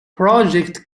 project